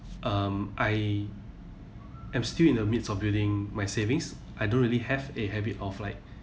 um I am still in the midst of building my savings I don't really have a habit of like